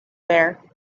there